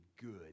good